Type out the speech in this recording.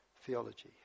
theology